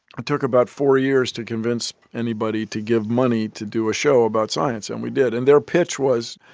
took about four years to convince anybody to give money to do a show about science, and we did. and their pitch was,